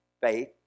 faith